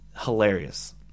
Hilarious